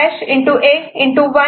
1 B